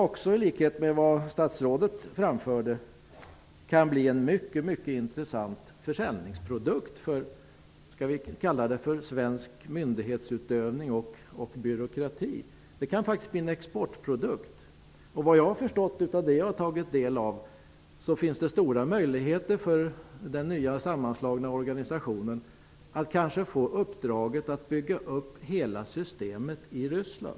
I likhet med statsrådet tror jag att detta kan bli en mycket intressant försäljningsprodukt för svensk myndighetsutövning och byråkrati. Det kan faktiskt bli en exportprodukt. Efter vad jag har förstått av det som jag har tagit del av finns det stora möjligheter för den nya sammanslagna organisationen att få uppdraget att bygga upp hela systemet i Ryssland.